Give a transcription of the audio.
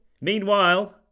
meanwhile